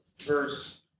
verse